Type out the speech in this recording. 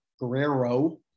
Guerrero